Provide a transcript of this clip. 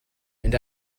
and